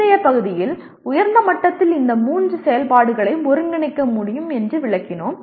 முந்தைய பகுதியில் உயர்ந்த மட்டத்தில் இந்த மூன்று செயல்பாடுகளையும் ஒருங்கிணைக்க முடியும் என்று விளக்கினோம்